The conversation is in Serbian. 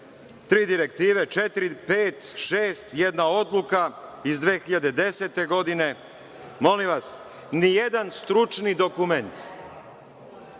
tri direktive, četiri, pet, šest, jedna odluka iz 2010. godine, molim vas, ni jedan stručni dokument